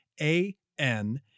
A-N